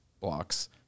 blocks